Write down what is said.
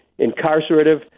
incarcerative